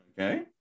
Okay